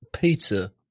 pizza